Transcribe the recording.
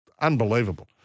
unbelievable